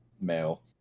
male